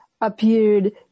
appeared